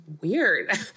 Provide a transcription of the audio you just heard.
weird